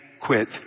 quit